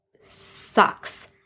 sucks